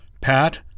Pat